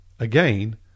Again